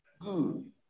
good